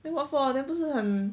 then what for then 不是很